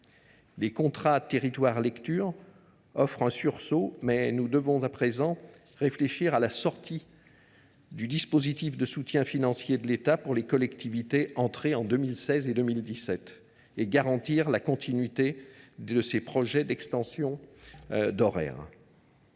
Les contrats territoire lecture offrent un sursaut, mais nous devons à présent réfléchir à la sortie du dispositif de soutien financier de l’État pour les collectivités qui y sont entrées en 2016 et 2017. Il faut aussi garantir la continuité de ces projets d’extension d’horaires.